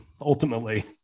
ultimately